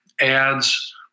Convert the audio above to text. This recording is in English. ads